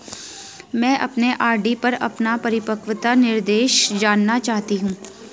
मैं अपने आर.डी पर अपना परिपक्वता निर्देश जानना चाहती हूँ